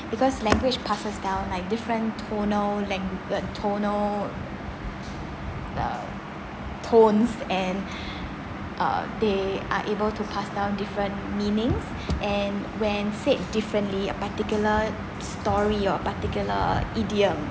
because language passes down like different tonal lang~ tonal uh tones and uh they are able to pass down different meanings and when said differently a particular story your particular idiom